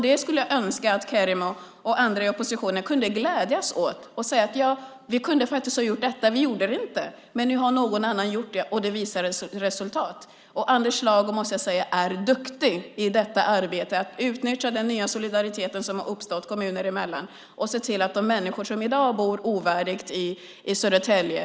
Det skulle jag önska att Kerimo och andra i oppositionen kunde glädjas åt och säga: Vi kunde ha gjort detta. Vi gjorde det inte, men nu har någon annan gjort det och det blir resultat! Jag måste säga att Anders Lago är duktig i arbetet med att utnyttja den nya solidaritet som har uppstått kommuner emellan och se till att hjälpa de människor som i dag bor ovärdigt i Södertälje.